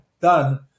done